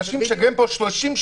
יש לו ויזה.